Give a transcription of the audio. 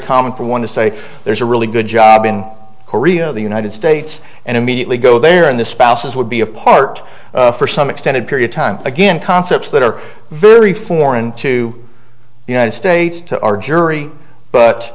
common for one to say there's a really good job in korea the united states and immediately go there in the spouses would be apart for some extended period time again concepts that are very foreign to the united states to our jury